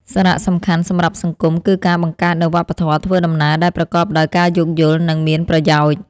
សារៈសំខាន់សម្រាប់សង្គម គឺការបង្កើតនូវវប្បធម៌ធ្វើដំណើរដែលប្រកបដោយការយោគយល់ និងមានប្រយោជន៍។